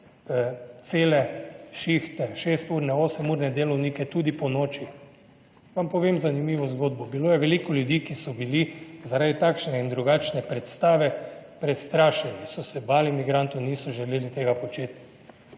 cele šihte, šesturne, osemurne delavnike, tudi ponoči. Vam povem zanimivo zgodbo, bilo je veliko ljudi, ki so bili zaradi takšne in drugačne predstave prestrašeni, so se bali migrantov, niso želeli tega početi,